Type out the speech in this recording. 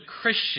Christian